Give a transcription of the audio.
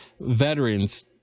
Veterans